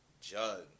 jug